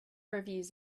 reviews